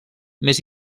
més